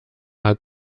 hat